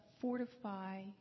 fortify